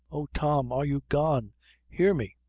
oh, tom, are you gone hear me!